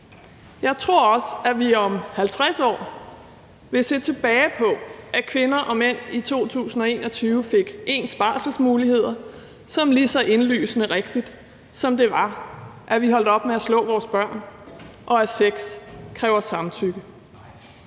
Jeg tror også, at vi om 50 år vil se tilbage på, at kvinder og mænd i 2021 fik ens barselsmuligheder, som er lige så indlysende rigtigt, som det var, at vi holdt op med at slå vores børn, og at sex kræver samtykke.